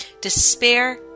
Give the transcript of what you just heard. Despair